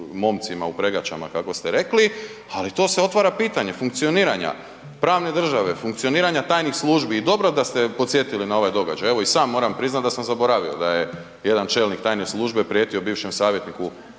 momcima u pregačama, kako ste rekli, ali to se otvara pitanje funkcioniranja pravne države, funkcioniranja tajnih službi i dobro da ste podsjetili na ovaj događaj, evo i sam moram priznati da sam zaboravio da je jedan čelnik tajne službe prijetio bivšem savjetniku